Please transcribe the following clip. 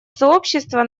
сообщества